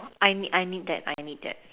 I need I need that I need that